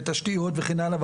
ותשתיות וכן הלאה,